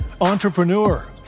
entrepreneur